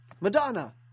Madonna